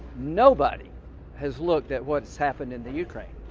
nobody has looked at what has happened in the ukraine.